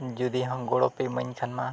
ᱡᱩᱫᱤ ᱦᱚᱸ ᱜᱚᱲᱚ ᱯᱮ ᱮᱢᱟᱹᱧ ᱠᱷᱟᱱᱢᱟ